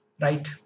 right